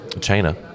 China